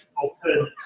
alternative